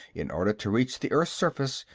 in order to reach the earth's surface,